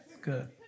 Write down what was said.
Good